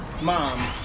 moms